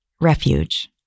Refuge